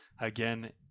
again